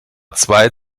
zwei